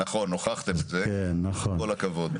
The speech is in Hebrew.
נכון, הוכחתם את זה, כל הכבוד.